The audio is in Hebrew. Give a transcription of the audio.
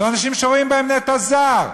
לאנשים שרואים בהם נטע זר,